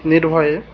নির্ভয়ে